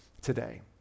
today